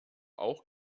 auch